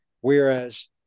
Whereas